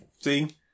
See